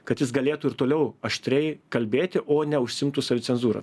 kad jis galėtų ir toliau aštriai kalbėti o neužsiimtų savicenzūra